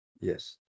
Yes